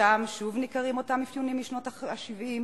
שם שוב ניכרים אותם אפיונים משנות ה-70: